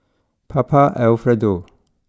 Papa Alfredo